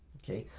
okay?